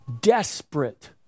desperate